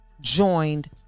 Joined